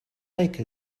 like